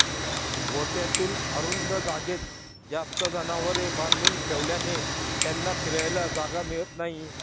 गोठ्यातील अरुंद जागेत जास्त जनावरे बांधून ठेवल्याने त्यांना फिरायला जागा मिळत नाही